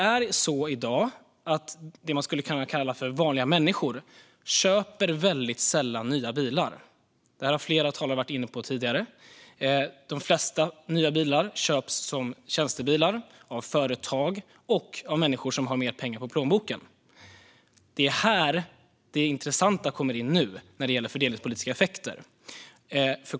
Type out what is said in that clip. I dag köper det man skulle kunna kalla vanliga människor väldigt sällan nya bilar. Detta har flera talare varit inne på tidigare. De flesta nya bilar köps som tjänstebilar av företag och av människor som har mycket pengar i plånboken. Det är här det intressanta kommer in när det gäller fördelningspolitiska effekter.